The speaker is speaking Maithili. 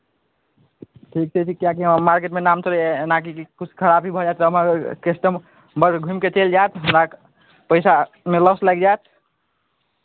ठीक छै किएकि हमरा मार्केटमे नाम चलैए एना की किछु खराबी भऽ जायत तऽ हमर कस्टमर घुमि कऽ चलि जायत हमरा पैसामे लॉस लागि जायत